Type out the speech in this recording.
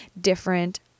different